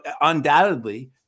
undoubtedly